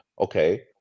okay